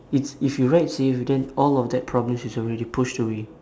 it's if you ride safe then all of that problems is already pushed away